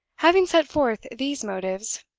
having set forth these motives,